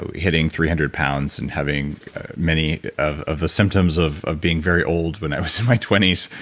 ah hitting three hundred pounds and having many of of the symptoms of of being very old when i was in my twenties,